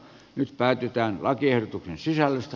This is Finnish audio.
nyt päätetään lakiehdotuksen sisällöstä